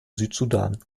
südsudan